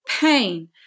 pain